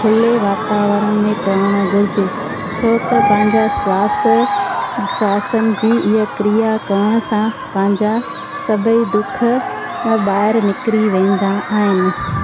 खुले वातावरण में करणु घुरिजे छो त पंहिंजा स्वांस स्वांसनि जी इहा क्रिया करण सां पंहिंजा सभेई दुख ॿाहिरि निकिरी वेंदा आहिनि